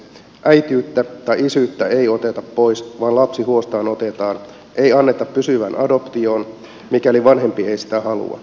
äitiyttä tai isyyttä ei oteta pois vaan lapsi otetaan huostaan ei anneta pysyvään adoptioon mikäli vanhempi ei sitä halua